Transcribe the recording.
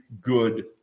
good